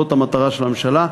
זאת המטרה של הממשלה,